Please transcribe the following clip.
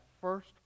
first